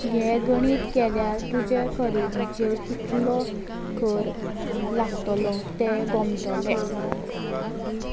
हें गणीत केल्यार तुजे खरेदीचेर कितलो कर लागतलो तें गोमतलें